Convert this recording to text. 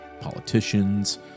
politicians